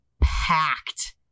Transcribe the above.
packed